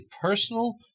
personal